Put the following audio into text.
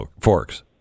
Forks